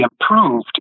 improved